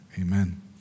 Amen